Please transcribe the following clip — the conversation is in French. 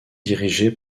dirigée